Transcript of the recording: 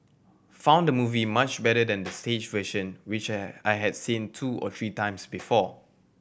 found the movie much better than the stage version which I had seen two or three times before